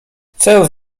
chcę